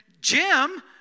Jim